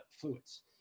fluids